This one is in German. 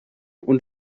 und